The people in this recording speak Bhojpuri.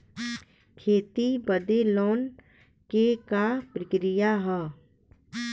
खेती बदे लोन के का प्रक्रिया ह?